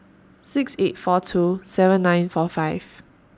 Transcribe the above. six eight four two seven nine four five